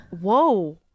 Whoa